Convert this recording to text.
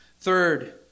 Third